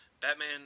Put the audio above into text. Batman